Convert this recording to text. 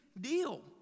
deal